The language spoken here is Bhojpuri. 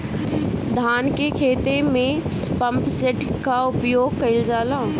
धान के ख़हेते में पम्पसेट का उपयोग कइल जाला?